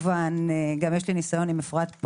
גם יש לי ניסיון עם אפרת,